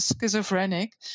schizophrenic